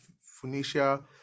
Phoenicia